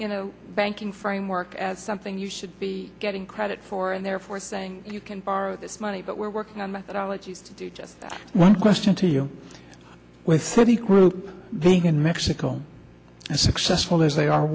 you know banking framework as something you should be getting credit for and therefore saying you can borrow this money but we're working on methodology to do just that one question to you with the group they can mexico as successful as they are